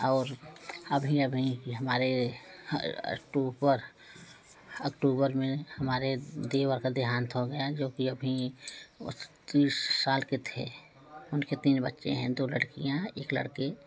और अभी अभी यह हमारे ह टू पर अक्टूबर में हमारे देवर का देहांत हो गया जो कि अभी वह तो तीस साल के थे उनके तीन बच्चे हैं दो लड़कियाँ एक लड़के